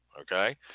okay